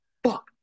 fuck